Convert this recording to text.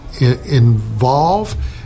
involve